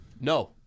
No